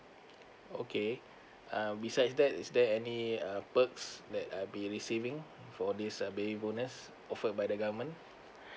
okay uh besides that is there any uh perks that uh I'll be receiving for this a baby bonus offered by the government